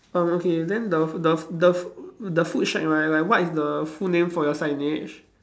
um okay then the the f~ the f~ the food shack right like what is the full name for your signage